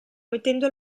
mettendo